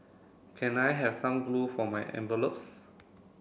can I have some glue for my envelopes